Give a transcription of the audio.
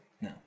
No